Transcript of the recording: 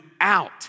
out